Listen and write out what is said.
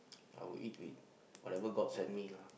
I would eat with whatever god send me lah